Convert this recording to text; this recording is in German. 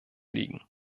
liegen